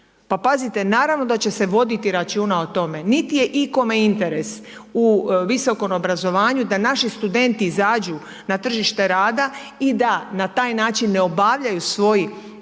Pa pazite, naravno da će se voditi računa o tome. Niti je ikome interes u visokom obrazovanju da naši studenti izađu na tržište rada i da na taj način ne obavljaju svoj